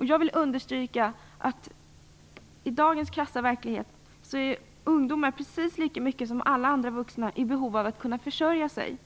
Jag vill understryka att i dagens krassa verklighet är ungdomar precis lika mycket som andra vuxna i behov av att kunna försörja sig.